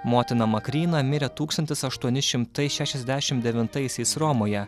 motina makryna mirė tūkstantis aštuoni šimtai šešiasdešimt devintaisiais romoje